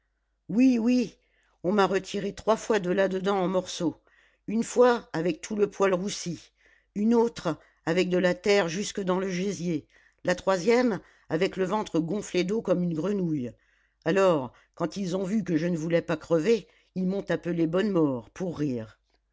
oui oui on m'a retiré trois fois de là-dedans en morceaux une fois avec tout le poil roussi une autre avec de la terre jusque dans le gésier la troisième avec le ventre gonflé d'eau comme une grenouille alors quand ils ont vu que je ne voulais pas crever ils m'ont appelé bonnemort pour rire